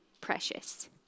precious